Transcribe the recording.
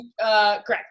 Correct